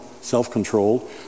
self-controlled